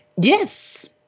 Yes